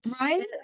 Right